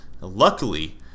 Luckily